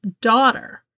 daughter